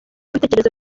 ibitekerezo